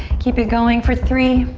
keep it going for three,